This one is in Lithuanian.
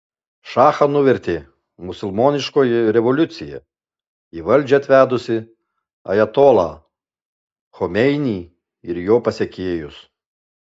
šachą nuvertė musulmoniškoji revoliucija į valdžią atvedusi ajatolą chomeinį ir jo pasekėjus